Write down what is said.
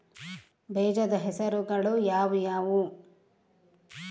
ಬೇಜದ ಹೆಸರುಗಳು ಯಾವ್ಯಾವು?